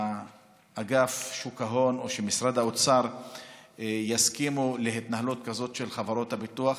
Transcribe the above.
שאגף שוק ההון או משרד האוצר יסכימו להתנהלות כזאת של חברות הביטוח,